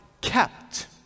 kept